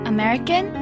American